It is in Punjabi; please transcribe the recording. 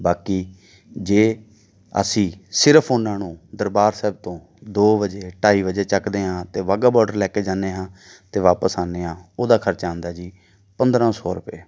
ਬਾਕੀ ਜੇ ਅਸੀਂ ਸਿਰਫ਼ ਉਹਨਾਂ ਨੂੰ ਦਰਬਾਰ ਸਾਹਿਬ ਤੋਂ ਦੋ ਵਜੇ ਢਾਈ ਵਜੇ ਚੁੱਕਦੇ ਹਾਂ ਅਤੇ ਵਾਹਗਾ ਬੋਡਰ ਲੈ ਕੇ ਜਾਂਦੇ ਹਾਂ ਅਤੇ ਵਾਪਸ ਆਉਂਦੇ ਹਾਂ ਉਹਦਾ ਖਰਚਾ ਆਉਂਦਾ ਜੀ ਪੰਦਰਾਂ ਸੌ ਰੁਪਏ